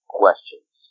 questions